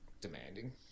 demanding